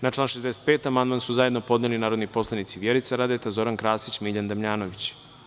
Na član 65. amandman su zajedno podneli narodni poslanici Vjerica Radeta, Zoran Krasić i Miljan Damjanović.